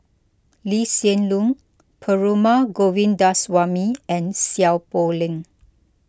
Lee Hsien Loong Perumal Govindaswamy and Seow Poh Leng